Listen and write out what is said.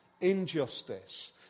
injustice